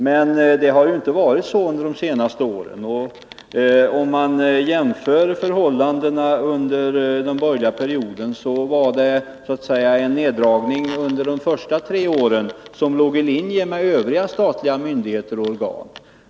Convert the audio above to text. Men det har ju inte varit så under de senaste åren. Under den borgerliga perioden var det under de första tre åren neddragningar för konsumentverket som låg i linje med övriga statliga myndigheter och organ.